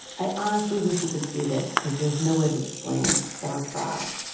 i honestly wish you could see this cause there's no way to explain, but i'll try.